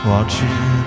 Watching